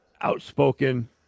outspoken